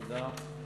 תודה.